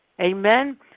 Amen